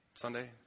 Sunday